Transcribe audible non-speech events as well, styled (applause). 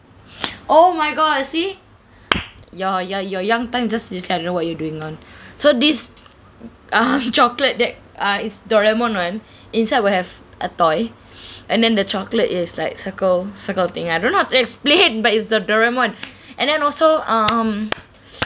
oh my god see your your your young time just just I don't know what you're doing on (breath) so this um chocolate that uh is doraemon [one] inside will have a toy (breath) and then the chocolate is like circle circle thing I don't know how to explain but it's the doraemon and then also um